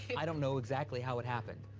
i don't know exactly how it happened.